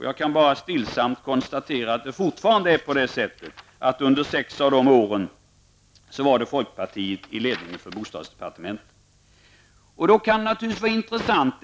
Jag kan bara stillsamt konstatera att det fortfarande är på det sättet att folkpartiet under sex av dessa år hade ansvaret för bostadsdepartementet.